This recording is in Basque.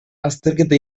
azterketa